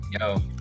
Yo